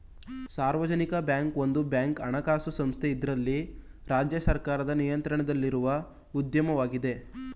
ಸಾರ್ವಜನಿಕ ಬ್ಯಾಂಕ್ ಒಂದು ಬ್ಯಾಂಕ್ ಹಣಕಾಸು ಸಂಸ್ಥೆ ಇದ್ರಲ್ಲಿ ರಾಜ್ಯ ಸರ್ಕಾರದ ನಿಯಂತ್ರಣದಲ್ಲಿರುವ ಉದ್ಯಮವಾಗಿದೆ